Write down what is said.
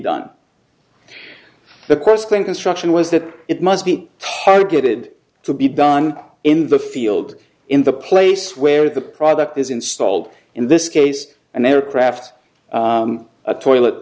done the question construction was that it must be targeted to be done in the field in the place where the product is installed in this case an aircraft a toilet